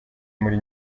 muri